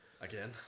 Again